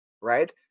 right